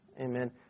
Amen